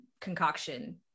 concoction